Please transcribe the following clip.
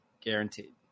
guaranteed